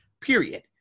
period